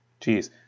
jeez